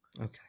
Okay